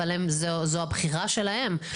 אבל זו הבחירה שלהם,